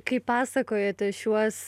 kai pasakojate šiuos